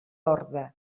orde